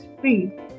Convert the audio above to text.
free